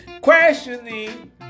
questioning